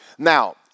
Now